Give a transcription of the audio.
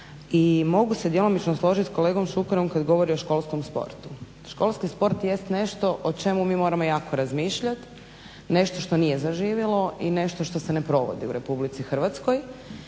i mogu se djelomično složit s kolegom Šukerom kad govori o školskom sportu. Školski sport jest nešto o čemu mi moramo jako razmišljat, nešto što nije zaživjelo i nešto što se ne provodi u Republici Hrvatskoj